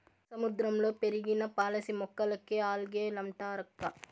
సముద్రంలో పెరిగిన పాసి మొక్కలకే ఆల్గే లంటారక్కా